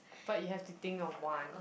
but you have to think of one